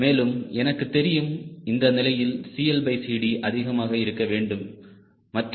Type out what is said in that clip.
மேலும் எனக்கு தெரியும் இந்த நிலையில் CLCDஅதிகமாக இருக்க வேண்டும் மற்றும்